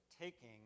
taking